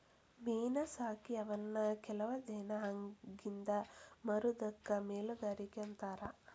ಮೇನಾ ಸಾಕಿ ಅವನ್ನ ಕೆಲವ ದಿನಾ ಅಗಿಂದ ಮಾರುದಕ್ಕ ಮೇನುಗಾರಿಕೆ ಅಂತಾರ